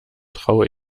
traue